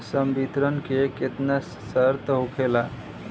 संवितरण के केतना शर्त होखेला?